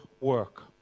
work